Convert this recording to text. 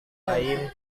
lain